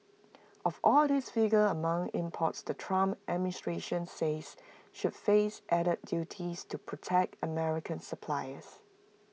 of all these figure among imports the Trump administration says should face added duties to protect American suppliers